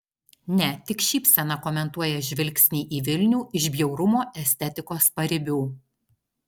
ne tik šypsena komentuoja žvilgsnį į vilnių iš bjaurumo estetikos paribių